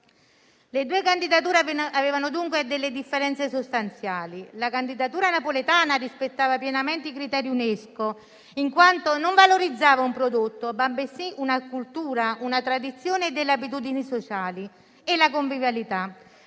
Le due candidature avevano dunque delle differenze sostanziali: la candidatura napoletana rispettava pienamente i criteri UNESCO, in quanto valorizzava non un prodotto, bensì una cultura, una tradizione, delle abitudini sociali e la convivialità.